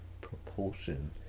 propulsion